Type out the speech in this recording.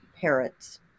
parents